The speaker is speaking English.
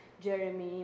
jeremy